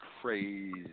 crazy